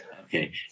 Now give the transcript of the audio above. okay